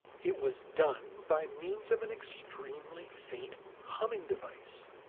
it was done by means of an extremely faint humming device,